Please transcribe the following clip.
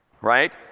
right